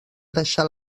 deixar